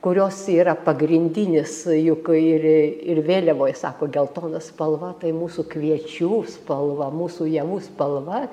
kurios yra pagrindinis juk ir ir vėliavoj sako geltona spalva tai mūsų kviečių spalva mūsų javų spalva